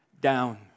down